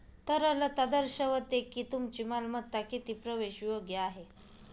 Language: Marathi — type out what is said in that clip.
तरलता दर्शवते की तुमची मालमत्ता किती प्रवेशयोग्य आहे